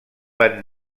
van